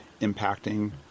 impacting